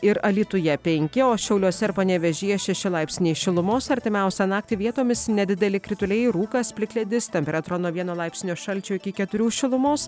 ir alytuje penki o šiauliuose panevėžyje šeši laipsniai šilumos artimiausią naktį vietomis nedideli krituliai rūkas plikledis temperatūra nuo vieno laipsnio šalčio iki keturių šilumos